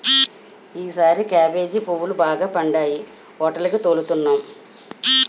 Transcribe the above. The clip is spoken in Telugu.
ఈసారి కేబేజీ పువ్వులు బాగా పండాయి హోటేలికి తోలుతన్నాం